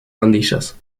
pandillas